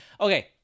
Okay